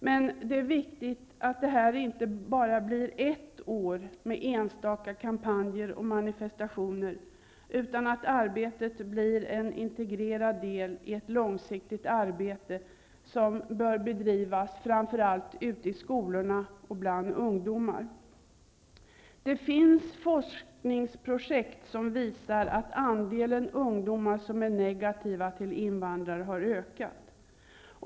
Men det är viktigt att det här inte bara blir ett år med enstaka kampanjer och manifestationer utan att arbetet blir en integrerad del i ett långsiktigt arbete som bör bedrivas framför allt ute i skolorna och bland ungdomar. Det finns forskningsprojekt som visar att andelen ungdomar som är negativa till invandrare har ökat.